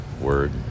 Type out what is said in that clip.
word